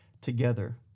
together